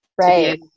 right